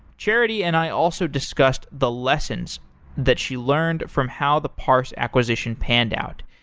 charity and i also discussed the lessons that she learned from how the parse acquisition panned out.